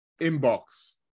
inbox